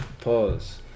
Pause